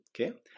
okay